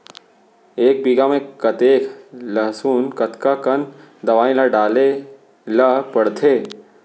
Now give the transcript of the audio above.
एक बीघा में कतेक लहसुन कतका कन दवई ल डाले ल पड़थे?